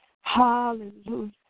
Hallelujah